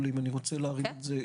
אני רוצה לענות על זה.